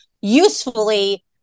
usefully